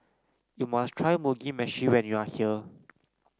you must try Mugi Meshi when you are here